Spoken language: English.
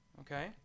Okay